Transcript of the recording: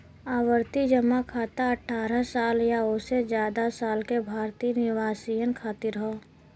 आवर्ती जमा खाता अठ्ठारह साल या ओसे जादा साल के भारतीय निवासियन खातिर हौ